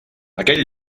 aquell